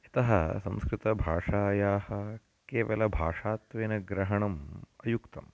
यतः संस्कृतभाषायाः केवलभाषात्वेन ग्रहणम् अयुक्तम्